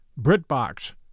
BritBox